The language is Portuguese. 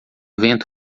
vento